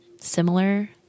similar